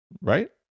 right